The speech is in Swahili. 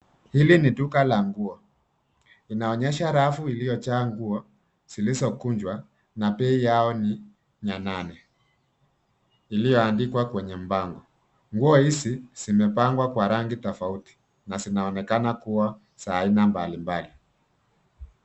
Hili ni duka la nguo linaonyesha rafu iliyojaa nguo zilizokunjwa na bei yao ni mia nane, iliyoandikwa kwenye bango. Nguo hizi zimepangwa kwa rangi tofauti na zinaonekana kuwa za aina mbalimbali.